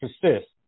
persist